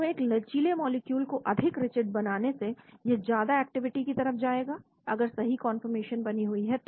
तो एक लचीले मॉलिक्यूल को अधिक रिजिड बनाने से यह ज्यादा एक्टिविटी की तरफ जाएगा अगर सही कन्फॉर्मेशन बनी हुई है तो